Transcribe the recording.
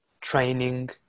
training